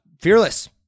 fearless